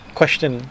question